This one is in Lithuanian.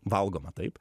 valgoma taip